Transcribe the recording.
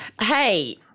hey